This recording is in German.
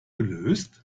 gelöst